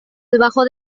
debajo